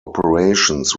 operations